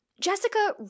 Jessica